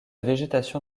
végétation